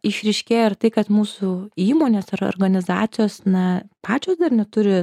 išryškėja ir tai kad mūsų įmonės yra organizacijos na pačios dar neturi